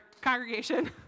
congregation